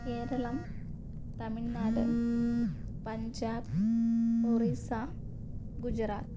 Keralam Tamil Nadu Punjab Orissa Gujarat